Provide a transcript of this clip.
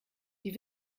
die